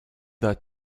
that